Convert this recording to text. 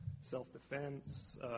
self-defense